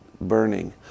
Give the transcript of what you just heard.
burning